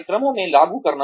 कार्यक्रमों को लागू करना